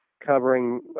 covering